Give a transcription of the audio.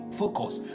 focus